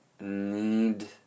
need